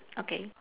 okay